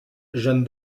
jeanne